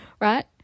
right